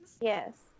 Yes